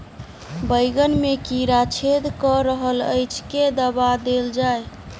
बैंगन मे कीड़ा छेद कऽ रहल एछ केँ दवा देल जाएँ?